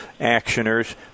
actioners